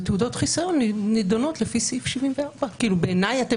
ותעודות חיסיון נידונות לפי סעיף 74. בעיניי אתם